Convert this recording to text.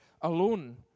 alone